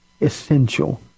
essential